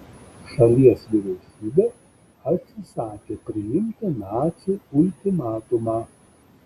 šalies vyriausybė atsisakė priimti nacių ultimatumą